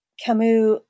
Camus